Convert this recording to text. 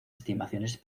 estimaciones